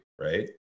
Right